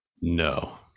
no